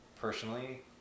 personally